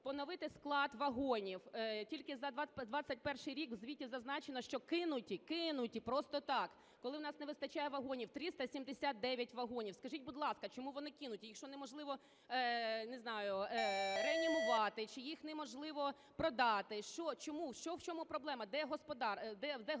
поновити склад вагонів. Тільки за 21-й рік, в звіті зазначено, що кинуті, кинуті просто так, коли в нас не вистачає вагонів, 379 вагонів. Скажіть, будь ласка, чому вони кинуті? Їх що, неможливо, не знаю, реанімувати, чи їх неможливо продати? Що? Чому? В чому проблема? Де господарський